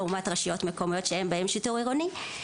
לעומת רשויות מקומיות שאין בהן שיטור עירוני.